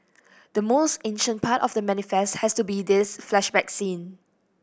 the most ancient part of The Manifest has to be this flashback scene